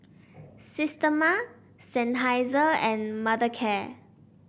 Systema Seinheiser and Mothercare